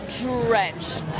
drenched